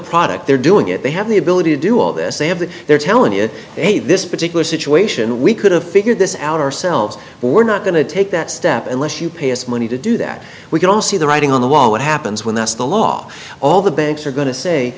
product they're doing it they have the ability to do all this they have that they're telling you hey this particular situation we could have figured this out ourselves we're not going to take that step unless you pay us money to do that we can all see the writing on the wall what happens when that's the law all the banks are going to say